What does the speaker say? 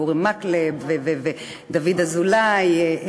ואורי מקלב ודוד אזולאי,